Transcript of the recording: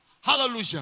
Hallelujah